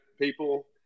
people